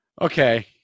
Okay